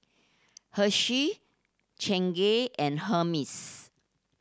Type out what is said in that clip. Hershey Chingay and Hermes